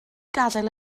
gadael